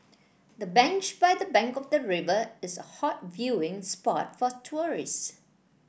the bench by the bank of the river is a hot viewing spot for tourists